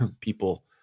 people